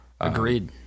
Agreed